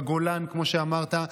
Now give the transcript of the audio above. בגולן, כמו שאמרת.